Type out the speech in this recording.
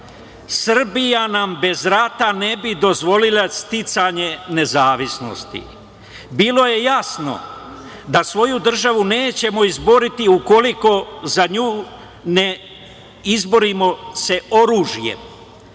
„Srbija nam bez rata ne bi dozvolila sticanje nezavisnosti. Bilo je jasno da svoju državu nećemo izboriti ukoliko za nju ne izborimo se oružjem.